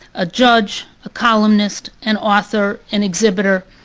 a judge, a columnist, an author, and exhibitor.